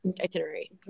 itinerary